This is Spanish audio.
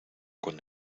con